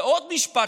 זה עוד משפט